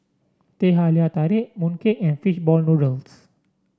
Teh Halia Tarik Mooncake and fish ball noodles